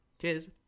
Cheers